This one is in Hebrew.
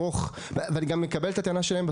אני גם מקבל את הטענה שלהם,